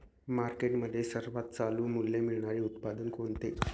मार्केटमध्ये सर्वात चालू मूल्य मिळणारे उत्पादन कोणते?